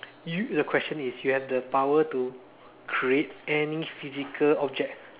you the question is you have the power to create any physical object